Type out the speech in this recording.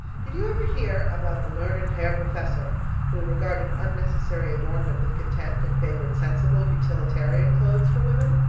did you ever hear about the learned herr professor who regarded unnecessary adornment with contempt and favoured sensible, utilitarian clothes for women?